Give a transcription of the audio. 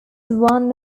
one